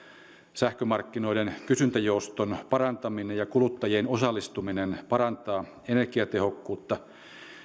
sähkömarkkinoiden kysyntäjouston parantaminen ja kuluttajien osallistuminen parantaa energiatehokkuutta